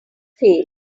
failed